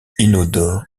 inodore